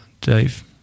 Dave